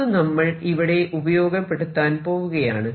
അത് നമ്മൾ ഇവിടെ ഉപയോഗപ്പെടുത്താൻ പോവുകയാണ്